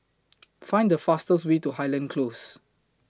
Find The fastest Way to Highland Close